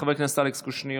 חבר הכנסת אלכס קושניר,